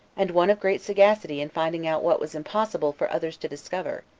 and one of great sagacity in finding out what was impossible for others to discover,